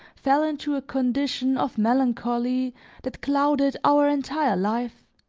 fell into a condition of melancholy that clouded our entire life